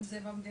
אם זה במדינה,